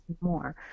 more